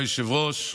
כבוד היושב-ראש,